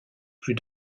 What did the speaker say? plus